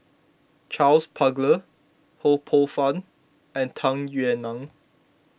Charles Paglar Ho Poh Fun and Tung Yue Nang